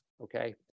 okay